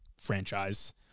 franchise